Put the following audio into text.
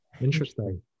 Interesting